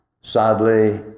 Sadly